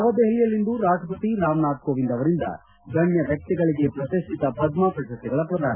ನವದೆಹಲಿಯಲ್ಲಿಂದು ರಾಷ್ಷಪತಿ ರಾಮನಾಥ್ ಕೋವಿಂದ್ ಅವರಿಂದ ಗಣ್ಣ ವ್ಯಕ್ತಿಗಳಿಗೆ ಪ್ರತಿಷ್ಠಿತ ಪದ್ಮ ಪ್ರಶಸ್ತಿಗಳ ಪ್ರದಾನ